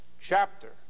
chapter